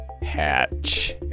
Hatch